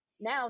now